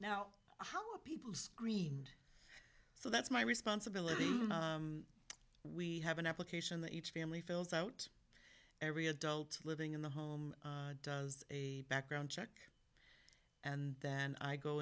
now how are people screened so that's my responsibility we have an application that each family fills out every adult living in the home does a background check and then i go